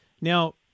Now